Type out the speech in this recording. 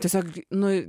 tiesiog nu